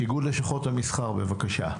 בבקשה.